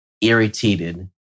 irritated